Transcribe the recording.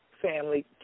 family